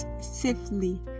safely